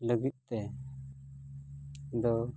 ᱞᱟᱹᱜᱤᱫ ᱛᱮᱫᱚ